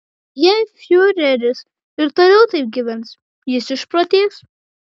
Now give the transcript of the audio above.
jei fiureris ir toliau taip gyvens jis išprotės